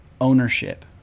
ownership